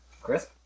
Chris